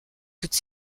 toute